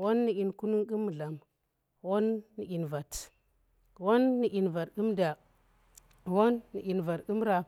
won nu dyi rap kunung qum mudlam. won nu ndyin vat. won nu ndyin vat qum da. won nu ndyin vat qum rap